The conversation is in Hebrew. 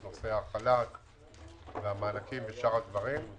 את נושא החל"ת והמענקים ושאר הדברים.